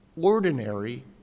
ordinary